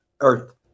earth